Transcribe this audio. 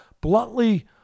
bluntly